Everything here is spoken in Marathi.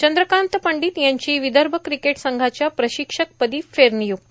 चंद्रकांत पंडित यांची विदर्भ क्रिकेट संघाच्या प्रशिक्षक पदी फेरनियुक्ती